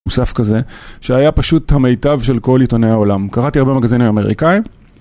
מוסף כזה שהיה פשוט המיטב של כל עיתוני העולם, קראתי הרבה מגזינים אמריקאים.